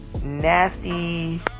nasty